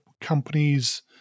companies